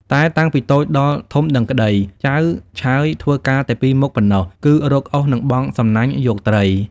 តែតាំងពីតូចដល់ធំដឹងក្តី ចៅឆើយធ្វើការតែពីរមុខប៉ុណ្ណោះ គឺរកឧសនិង បង់សំណាញ់យកត្រី ។